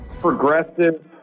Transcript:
progressive